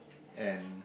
and